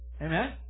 Amen